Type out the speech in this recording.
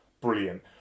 brilliant